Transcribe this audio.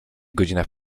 godzinach